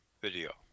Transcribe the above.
Video